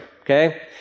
okay